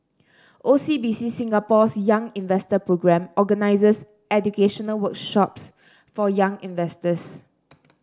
O C B C Singapore's Young Investor Programme organizes educational workshops for young investors